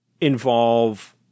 involve